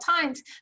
times